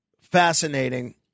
fascinating